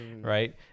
right